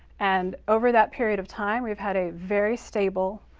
and over that period of time we have had a very stable,